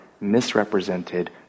misrepresented